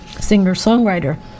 singer-songwriter